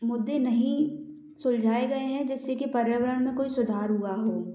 मुद्दे नहीं सुलझाए गएँ हैं जिससे कि पर्यावरण में कोई सुधार हुआ हो